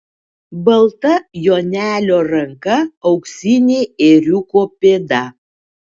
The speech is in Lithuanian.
balta jonelio ranka auksinė ėriuko pėda